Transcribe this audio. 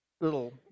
little